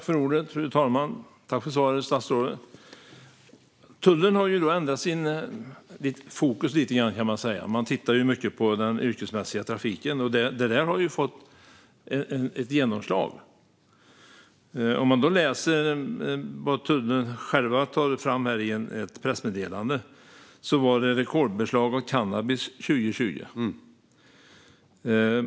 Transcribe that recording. Fru talman! Tack för svaret, statsrådet! Tullen har ju ändrat sitt fokus lite grann. Man tittar mycket på den yrkesmässiga trafiken, och det har fått ett genomslag. Tullen har i ett pressmeddelande skrivit att det var ett rekordbeslag av cannabis 2020.